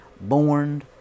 born